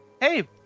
hey